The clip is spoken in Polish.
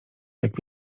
jak